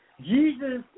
Jesus